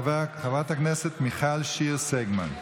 חברת הכנסת מיכל שיר סגמן.